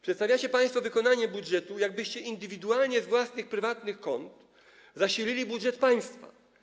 Przedstawiacie państwo wykonanie budżetu, jakbyście indywidualnie z własnych, prywatnych kont zasilili budżet państwa.